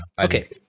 Okay